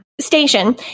station